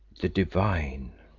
the divine.